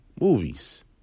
Movies